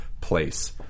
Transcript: place